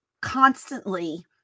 constantly